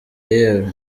yewe